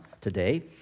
today